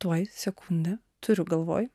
tuoj sekundę turiu galvoj